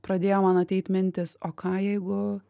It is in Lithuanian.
pradėjo man ateit mintis o ką jeigu